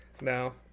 No